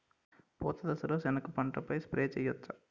పూత దశలో సెనగ పంటపై స్ప్రే చేయచ్చా?